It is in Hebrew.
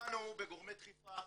נגענו בגורמי דחיפה,